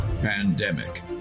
pandemic